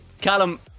Callum